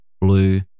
blue